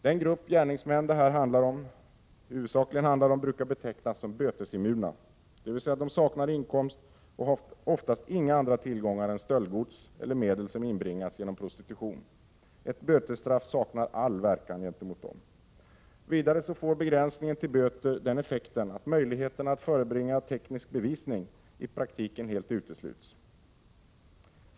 Den grupp gärningsmän som det här huvudsakligen handlar om brukar betecknas som ”bötesimmun” dvs. den saknar inkomst och har oftast inga andra tillgångar än stöldgods eller medel som inbringas genom prostitution. Ett bötesstraff saknar all verkan gentemot den. Vidare får begränsningen till böter den effekten att möjligheterna att förebringa teknisk bevisning i praktiken helt utesluts.